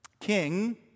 king